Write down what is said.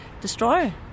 destroy